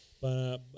para